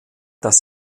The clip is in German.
dass